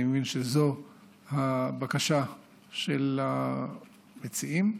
אני מבין שזו הבקשה של המציעים.